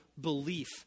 belief